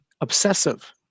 obsessive